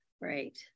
Right